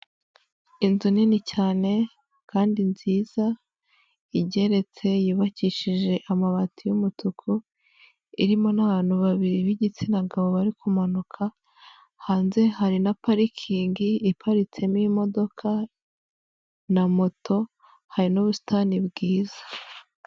Inzu nini cyane kandi nziza igeretse yubakishije amabati y'umutuku, irimo n'abantu babiri b'igitsina gabo bari kumanuka, hanze hari na parikingi iparitsemo imodoka na moto hari n'ubusitani bwiza.